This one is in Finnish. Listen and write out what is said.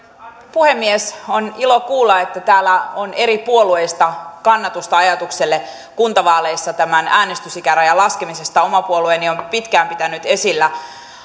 puhemies on ilo kuulla että täällä on eri puolueista kannatusta ajatukselle tämän äänestysikärajan laskemisesta kuntavaaleissa oma puolueeni on pitkään pitänyt esillä